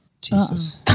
Jesus